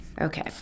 Okay